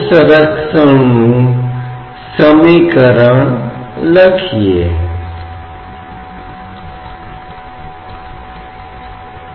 निरपेक्ष दबाव और वायुमंडलीय दबाव के बीच एक अंतर है जो वायुमंडलीय दबाव को शून्य संदर्भ के रूप में लेने के लिए उतना ही अच्छा है और इसके सापेक्ष दबाव का उल्लेख करना है